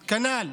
כנ"ל,